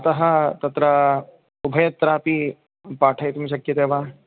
अतः तत्र उभयत्रापि पाठयितुं शक्यते वा